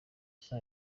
saa